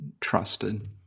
trusted